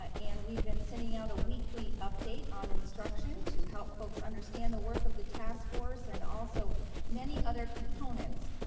ah and we've been sending out a weekly update on instruction to help folks understand the work of the task force and also many other components.